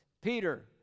Peter